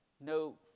no